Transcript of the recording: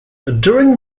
during